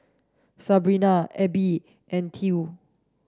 Sabina Elby and Ty